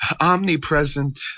Omnipresent